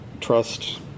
trust